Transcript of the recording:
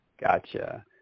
Gotcha